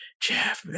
Jeff